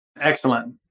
Excellent